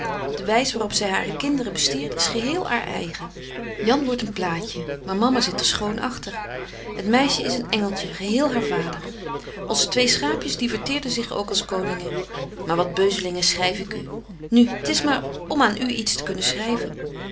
wys waar op zy hare kinderen bestiert is geheel haar eigen jan wordt een platje maar mama zit er schoon agter het meisje is een engeltje geheel haar vader onze twee schaapjes diverteerde zich ook als koningen maar wat beuzelingen schryf ik u nu t is maar om aan u iets te kunnen schryven